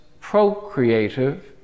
procreative